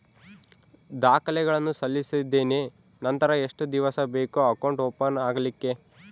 ದಾಖಲೆಗಳನ್ನು ಸಲ್ಲಿಸಿದ್ದೇನೆ ನಂತರ ಎಷ್ಟು ದಿವಸ ಬೇಕು ಅಕೌಂಟ್ ಓಪನ್ ಆಗಲಿಕ್ಕೆ?